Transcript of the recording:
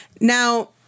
Now